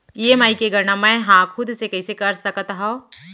EMI के गड़ना मैं हा खुद से कइसे कर सकत हव?